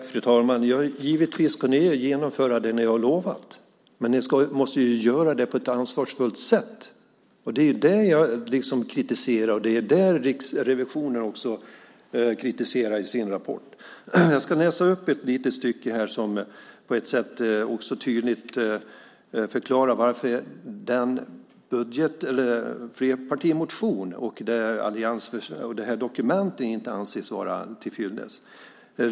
Fru talman! Givetvis ska ni genomföra det ni har lovat. Men ni måste ju göra det på ett ansvarsfullt sätt. Det är det jag kritiserar, och det är det Riksrevisionen kritiserar i sin rapport. Jag ska läsa upp ett litet stycke som tydligt förklarar varför flerpartimotionen och detta dokument inte anses vara tillfyllest.